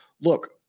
look